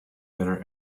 better